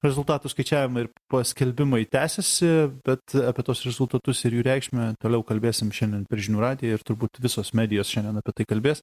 rezultatų skaičiavimai ir paskelbimai tęsiasi bet apie tuos rezultatus ir jų reikšmę toliau kalbėsim šiandien per žinių radiją ir turbūt visos medijos šiandien apie tai kalbės